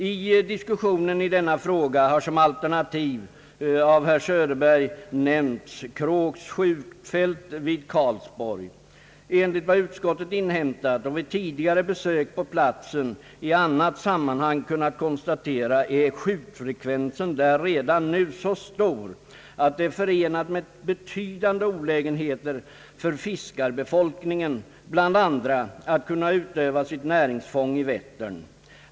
I diskussionen i denna fråga har av herr Söderberg som alternativ nämnts Kråks skjutfält vid Karlsborg. Enligt vad utskottet inhämtat och vid tidigare besök på platsen i annat sammanhang kunnat konstatera, är skjutfrekvensen där redan nu så stor, att det är förenat med betydande olägenheter för fiskarbefolkningen att kunna utöva sitt näringsfång i Vättern.